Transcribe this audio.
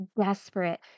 desperate